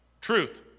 truth